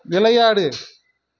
விளையாடு